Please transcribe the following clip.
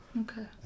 okay